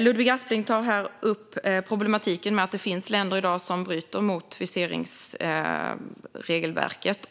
Ludvig Aspling tar upp problemet med att det finns länder som bryter mot viseringsregelverket.